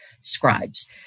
scribes